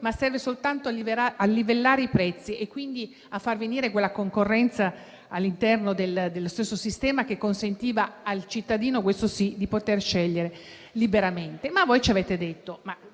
ma soltanto a livellare i prezzi e quindi a far venir meno quella concorrenza all'interno del sistema che consentiva al cittadino - questo sì - di scegliere liberamente. Voi però ci avete detto: